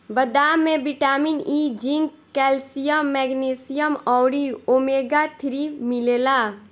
बदाम में vitamin E, zinc, calcium, magnesium अउरी ओमेगा थ्री मिलेला